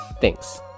thanks